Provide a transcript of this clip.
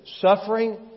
Suffering